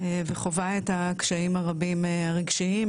וחווה את הקשיים הרבים הרגשיים,